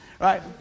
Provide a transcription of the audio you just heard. Right